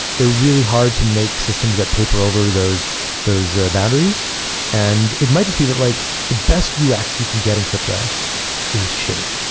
they're really hard to make systems that paper over those those boundaries and it might just be that like the best ux you can get in crypto is shitting.